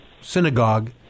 synagogue